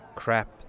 crap